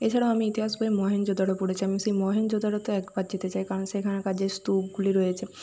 এছাড়াও আমি ইতিহাস বইয়ে মহেঞ্জোদারো পড়েছি আমি সেই মহেঞ্জোদারোতে একবার যেতে চাই কারণ সেখানকার যে স্তূপগুলি রয়েছে